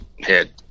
head